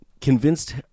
convinced